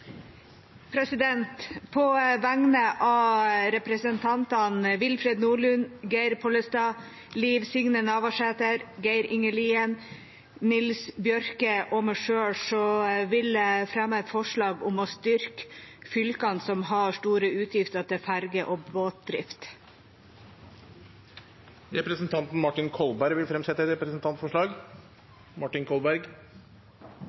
representantforslag. På vegne av representantene Willfred Nordlund, Geir Pollestad, Liv Signe Navarsete, Geir Inge Lien, Nils T. Bjørke og meg selv vil jeg fremme et forslag om å styrke fylkene som har store utgifter til ferje- og båtdrift. Representanten Martin Kolberg vil fremsette et